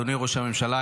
אדוני ראש הממשלה,